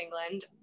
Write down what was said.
England